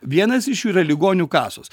vienas iš jų yra ligonių kasos